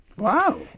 Wow